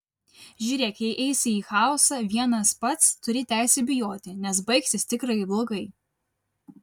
žiūrėk jei eisi į chaosą vienas pats turi teisę bijoti nes baigsis tikrai blogai